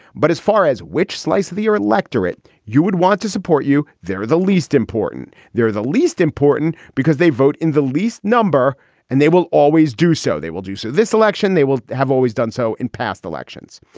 but as far as which slice of the electorate you would want to support you. they're the least important. they're the least important because they vote in the least number and they will always do so. they will do so. this election, they will have always done so in past elections.